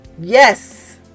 Yes